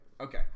Okay